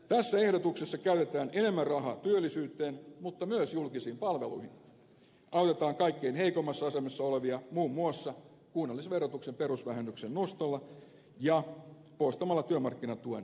tässä ehdotuksessa käytetään enemmän rahaa työllisyyteen mutta myös julkisiin palveluihin autetaan kaikkein heikoimmassa asemassa olevia muun muassa kunnallisverotuksen perusvähennyksen nostolla ja poistamalla työmarkkinatuen tarveharkinta